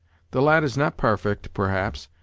the lad is not parfect, perhaps,